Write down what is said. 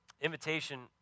Invitation